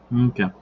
Okay